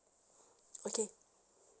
okay